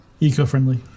Eco-friendly